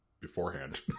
beforehand